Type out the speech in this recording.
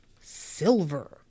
silver